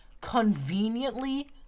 conveniently